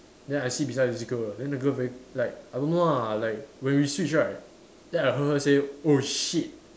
then I sit beside this girl then the girl very like I don't know lah like when we switch right then I heard her say oh shit